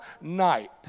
night